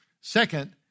Second